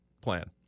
plan